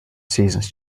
seasons